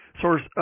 source